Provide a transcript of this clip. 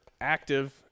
active